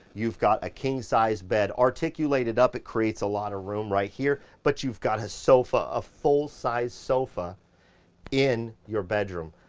you've got a king size bed, articulated up, it creates a lotta room right here, but you've got a sofa, a full size sofa in your bedroom.